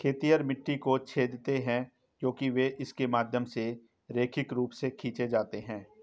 खेतिहर मिट्टी को छेदते हैं क्योंकि वे इसके माध्यम से रैखिक रूप से खींचे जाते हैं